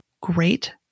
great